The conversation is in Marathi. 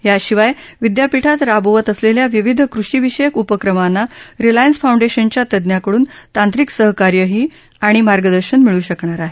याशिवाय विदयापीठात राबवत असलेल्या विविध कृषीविषयक उपक्रमांना रिलायन्स फाऊंडेशाच्या तज्ञांकडून तांत्रिक सहकार्यही आणि मार्गदर्शनही मिळू शकणार आहे